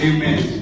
Amen